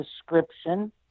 description